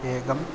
एकम्